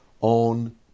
on